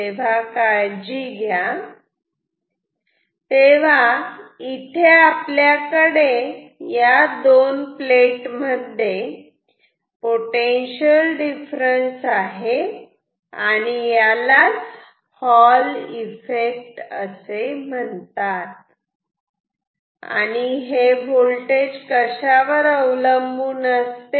तेव्हा इथे आपल्याकडे या दोन प्लेट मध्ये पोटेन्शिअल डिफरन्स आहे आणि यालाच हॉल इफेक्ट असे म्हणतात आणि हे व्होल्टेज कशावर अवलंबून असते